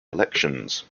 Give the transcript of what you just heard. elections